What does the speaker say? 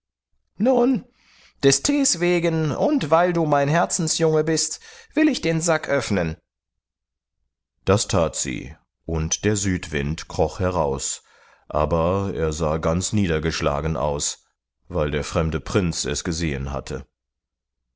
nun des thees wegen und weil du mein herzensjunge bist will ich den sack öffnen das that sie und der südwind kroch heraus aber er sah ganz niedergeschlagen aus weil der fremde prinz es gesehen hatte